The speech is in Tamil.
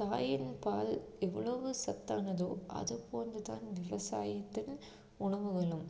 தாயின் பால் எவ்வளவு சத்தானதோ அது போன்று தான் விவசாயத்தில் உணவுகளும்